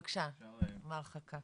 בבקשה, מר חקאק.